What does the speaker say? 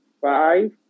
Five